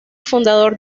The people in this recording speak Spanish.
fundador